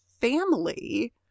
family